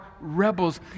rebels